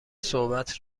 صحبت